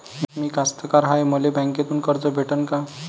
मी कास्तकार हाय, मले बँकेतून कर्ज भेटन का?